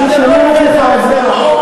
אתם לא, אני, על זה.